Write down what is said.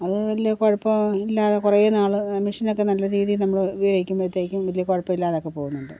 അതില് കുഴപ്പം ഇല്ലാതെ കുറെ നാള് മഷീൻ ഒക്കെ നല്ലരീതിയിൽ നമ്മള് ഉപയോഗിക്കുമ്പത്തേക്കും വലിയ കുഴപ്പമില്ലാതെ ഒക്കെ പോകുന്നുണ്ട്